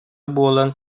буолан